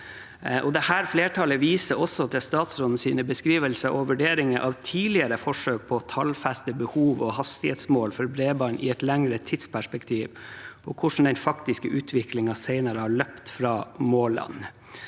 Dette flertallet viser også til statsrådens beskrivelser og vurderinger av tidligere forsøk på å tallfeste behov og hastighetsmål for bredbånd i et lengre tidsperspektiv, og hvordan den faktiske utviklingen senere har løpt fra målene.